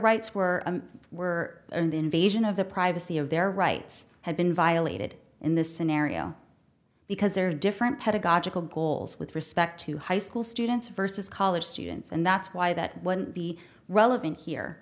rights were were in the invasion of the privacy of their rights had been violated in this scenario because there are different pedagogical goals with respect to high school students versus college students and that's why that wouldn't be relevant here